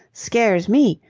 scares me!